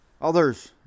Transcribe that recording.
others